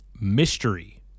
Mystery